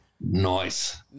Nice